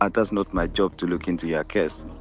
ah that's not my job to look into your case.